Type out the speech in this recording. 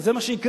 זה מה שיקרה,